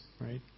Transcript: right